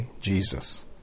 Jesus